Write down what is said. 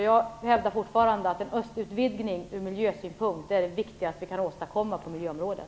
Jag vidhåller alltså att en östutvidgning från miljösynpunkt är det viktigaste som vi kan åstadkomma på miljöområdet.